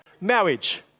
marriage